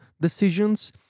decisions